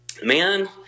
Man